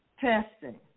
Testing